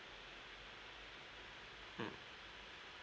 mm